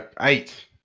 eight